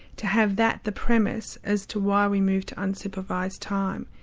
to have that the premise as to why we move to undersupervised time.